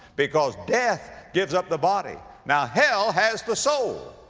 because death gives up the body. now hell has the soul.